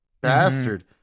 Bastard